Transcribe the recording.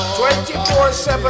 24-7